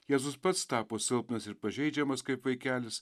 jėzus pats tapo silpnas ir pažeidžiamas kaip vaikelis